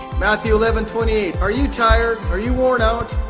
matthew eleven twenty eight, are you tired? are you worn out?